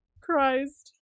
Christ